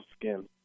skin